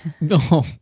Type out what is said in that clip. No